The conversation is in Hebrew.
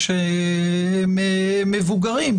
מבוגרים,